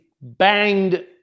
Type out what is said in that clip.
Banged